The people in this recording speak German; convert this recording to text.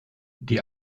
die